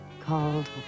called